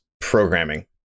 programming